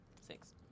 six